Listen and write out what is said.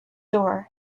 door